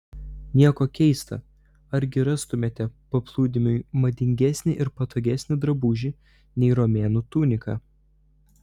nieko keista argi rastumėte paplūdimiui madingesnį ir patogesnį drabužį nei romėnų tunika